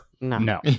No